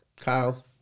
Kyle